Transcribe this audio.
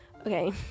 okay